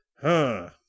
Huh